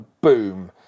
boom